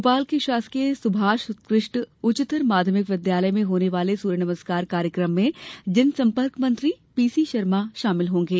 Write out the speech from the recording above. भोपाल के शासकीय सुभाष उत्कृष्ट उच्चतर माध्यमिक विद्यालय में होने वाले सूर्य नमस्कार कार्यकम में जनसम्पर्क मंत्री पीसी शर्मा शामिल होंगे